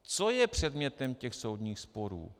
Co je předmětem těch soudních sporů.